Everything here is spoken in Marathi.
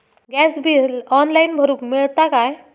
गॅस बिल ऑनलाइन भरुक मिळता काय?